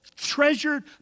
treasured